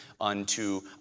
unto